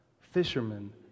Fishermen